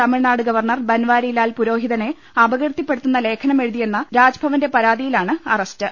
തമി ഴ്നാട് governor Banwari Lal പുരോഹിതനെ അപകീർത്തി പ്പെടുത്തുന്ന ലേഖനം എഴുതിയെന്ന രാജ്ഭവന്റെ പരാതിയിലാണ് അറസ്റ്റ്